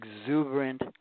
exuberant